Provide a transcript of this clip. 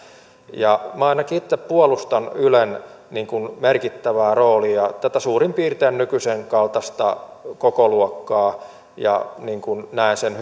ja minä ainakin itse puolustan ylen merkittävää roolia tätä suurin piirtein nykyisen kaltaista kokoluokkaa näen sen